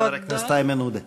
ואחריו, חבר הכנסת איימן עודה.